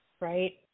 Right